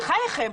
בחייכם,